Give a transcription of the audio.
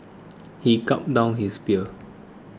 he gulped down his beer